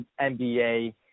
NBA